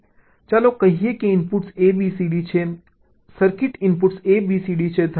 ચાલો કહીએ કે inputs A B C D છે circuit inputs A B C D છે